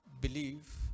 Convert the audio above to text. believe